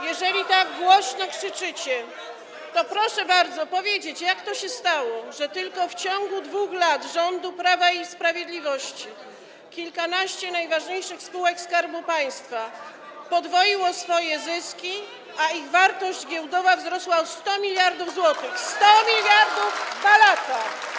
Jeżeli tak głośno krzyczycie, to bardzo proszę powiedzieć, jak to się stało, że tylko w ciągu 2 lat rządu Prawa i Sprawiedliwości kilkanaście najważniejszych spółek Skarbu Państwa podwoiło swoje zyski, a ich wartość giełdowa wzrosła o 100 mld zł. 100 mld zł w 2 lata!